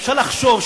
אפשר לחשוב,